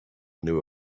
knew